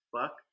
fuck